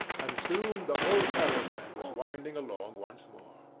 and soon the whole caravan was winding along once more.